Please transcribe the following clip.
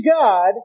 God